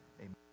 Amen